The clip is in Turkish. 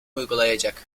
uygulayacak